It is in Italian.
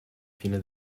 fine